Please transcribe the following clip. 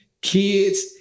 kids